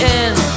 end